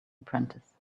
apprentice